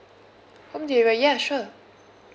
home deliver ya sure